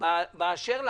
רוצה לקחת